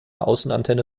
außenantenne